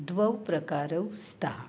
द्वौ प्रकारौ स्तः